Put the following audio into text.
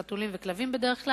חתולים וכלבים בדרך כלל,